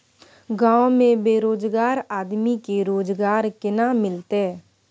गांव में बेरोजगार आदमी के रोजगार केना मिलते?